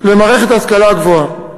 למערכת ההשכלה הגבוהה.